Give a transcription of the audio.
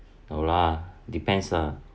no lah depends ah